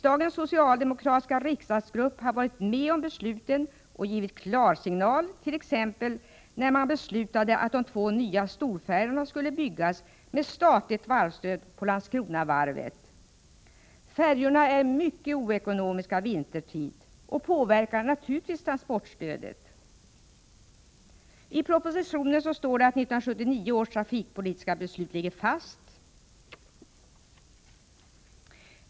Den socialdemokratiska riksdagsgruppen har varit med om besluten och givit klarsignal t.ex. när man bestämde att de två nya storfärjorna skulle byggas med statligt varvsstöd på Landskronavarvet. Färjorna är mycket oekonomiska vintertid och påverkar naturligtvis transportstödet. I propositionen står det att 1979 års trafikpolitiska beslut ligger fast.